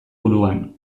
buruan